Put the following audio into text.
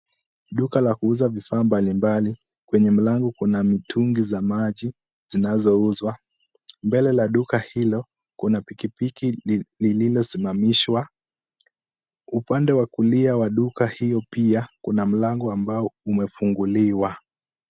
Duka la kuuza vifaa mbalimbali. Kwenye mlango kuna mitungi za maji zinazouzwa . Mbele la duka hilo kuna pikipiki iliyo simamishwa . Upande wa kulia wa duka hio pia kuna mlango ambao umefunguliwa.